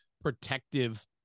protective